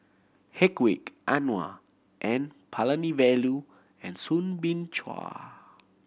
Hedwig Anuar N Palanivelu and Soo Bin Chua